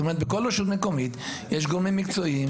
זאת אומרת בכל רשות מקומית יש גורמים מקצועיים.